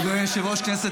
אדוני היושב-ראש, כנסת